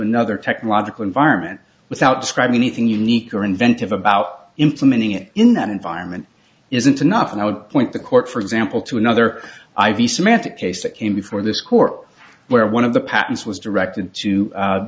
another technological environment without scribe anything unique or inventive about implementing it in that environment isn't enough and i would point the court for example to another i v semantic case that came before this court where one of the patents was directed to